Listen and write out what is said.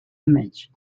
image